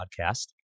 podcast